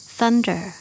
Thunder